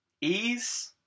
ease